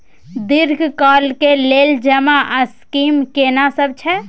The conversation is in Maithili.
दीर्घ काल के लेल जमा स्कीम केना सब छै?